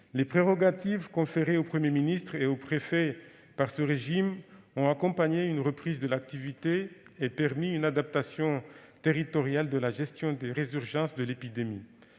Les prérogatives conférées au Premier ministre et aux préfets par ce régime ont accompagné une reprise de l'activité et permis une adaptation territoriale de la gestion des résurgences de l'épidémie,